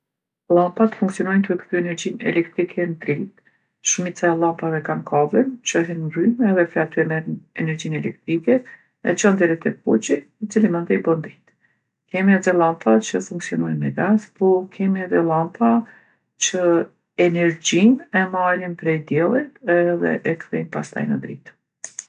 Llampat funksionojnë tu e kthy energjinë elektrike n'dritë. Shumica e llampave e kanë kabllin që hin n'rrymë edhe prej aty e merr energjinë elelktrike e çon deri te poçi, i cili mandej bon dritë. Kemi edhe llampa që funksionojnë me gas, po kemi edhe llampa që energjinë e marrin prej diellit edhe e kthejnë pastaj në dritë.